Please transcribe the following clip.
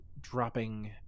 dropping